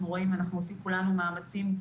אנחנו עושים כולנו מאמצים,